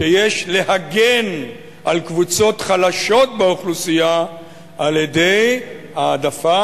שיש להגן על קבוצות חלשות באוכלוסייה על-ידי העדפה